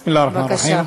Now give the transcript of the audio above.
בסם אללה א-רחמאן א-רחים.